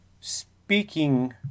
Speaking